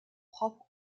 propre